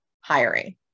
hiring